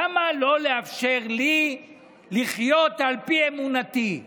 למה לא לאפשר לי לחיות על פי אמונתי?